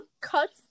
cuts